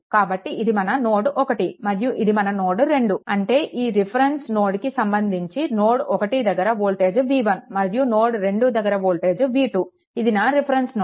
కాబట్టి ఇది మన నోడ్1 మరియు ఇది మన నోడ్2 అంటే ఈ రిఫరెన్స్ నోడ్కి సంబంధించి నోడ్ 1 దగ్గర వోల్టేజ్ V1 మరియు నోడ్2 దగ్గర వోల్టేజ్ V2 ఇది నా రిఫరెన్స్ నోడ్